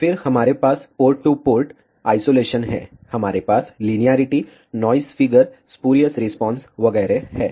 फिर हमारे पास पोर्ट टू पोर्ट आइसोलेशन है हमारे पास linearity noise figure spurious response वगैरह हैं